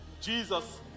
Jesus